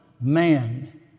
man